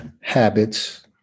habits